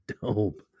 dope